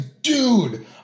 dude